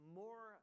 more